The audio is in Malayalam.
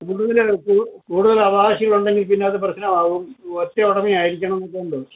കൂടുതൽ കൂടുതലവകാശികൾ ഉണ്ടെങ്കിൽ പിന്നത് പ്രശ്നം ആകും ഒറ്റ ഉടമ ആയിരിക്കണം നോക്കേണ്ടത്